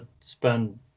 spend